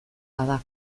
bada